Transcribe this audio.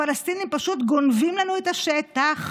הפלסטינים פשוט גונבים לנו את השטח,